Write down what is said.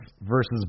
versus